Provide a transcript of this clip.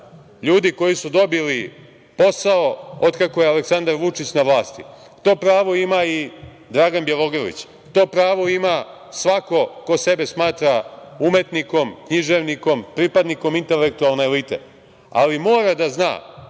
ljudi koji su dobili posao od kako je Aleksandar Vučić na vlasti. To pravo ima i Dragan Bjelorlić. To pravo ima svako ko sebe smatra umetnikom, književnikom, pripadnikom intelektualne elite. Ali, mora da zna,